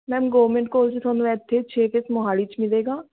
ma'am government college ਤੁਹਾਨੂੰ ਇੱਥੇ ਛੇ ਫੇਸ ਮੋਹਾਲੀ 'ਚ ਮਿਲੇਗਾ